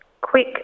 quick